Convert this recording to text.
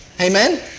Amen